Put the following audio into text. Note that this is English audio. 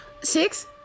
Six